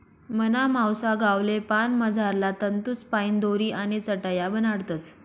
मना मावसा गावले पान मझारला तंतूसपाईन दोरी आणि चटाया बनाडतस